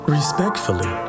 respectfully